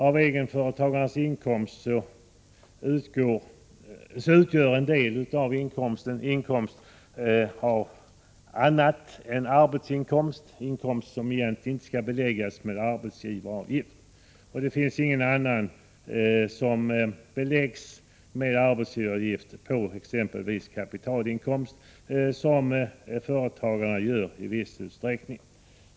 Av egenföretagarnas inkomst utgör en del annat än arbetsinkomst, och denna del skall inte beläggas med arbetsgivaravgift.